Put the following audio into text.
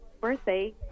birthday